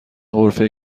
غرفه